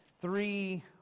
three